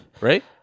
Right